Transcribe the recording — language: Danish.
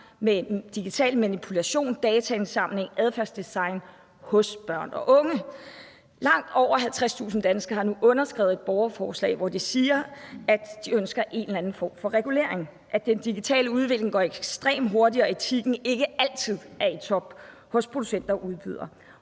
med digital manipulation, dataindsamling, adfærdsdesign i forhold til børn og unge. Langt over 50.000 danskere har underskrevet et borgerforslag, hvor man siger, at man ønsker en eller anden form for regulering, at den digitale udvikling går ekstremt hurtigt, og at etikken ikke altid er i top hos producenter og udbydere.